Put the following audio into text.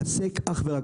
שמתעסקת אך ורק בזה.